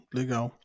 legal